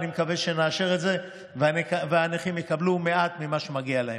אני מקווה שנאשר את זה והנכים יקבלו מעט ממה שמגיע להם.